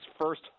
first